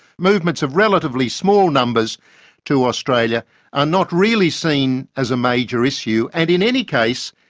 movements of relatively small numbers to australia are not really seen as a major issue. and in any case,